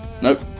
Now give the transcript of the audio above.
Nope